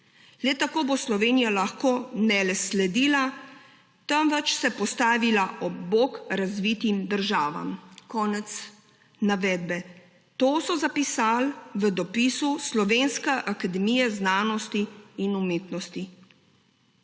Le tako bo Slovenija lahko ne le sledila, temveč se postavila ob bok razvitim državam«. Konec navedbe. To so zapisali v dopisu Slovenske akademije znanosti in umetnosti.